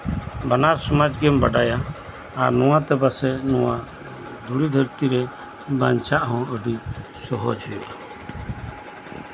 ᱵᱟᱱᱟᱨ ᱥᱚᱢᱟᱡ ᱜᱮᱢ ᱵᱟᱰᱟᱭᱟ ᱟᱨ ᱱᱚᱣᱟ ᱛᱮ ᱯᱟᱥᱮᱡ ᱱᱚᱣᱟ ᱫᱷᱩᱲᱤ ᱫᱷᱟᱹᱨᱛᱤ ᱨᱮ ᱵᱟᱧᱪᱟᱜ ᱦᱚᱸ ᱟᱹᱰᱤ ᱥᱚᱦᱚᱡ ᱦᱩᱭᱩᱜᱼᱟ